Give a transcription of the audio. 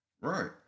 Right